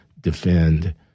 defend